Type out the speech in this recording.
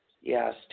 Yes